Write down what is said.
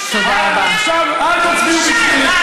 עכשיו אתה, אל תצביעו בשבילי.